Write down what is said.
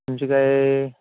तुमची काय